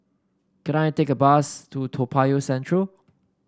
can I take a bus to Toa Payoh Central